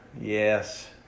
Yes